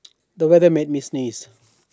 the weather made me sneeze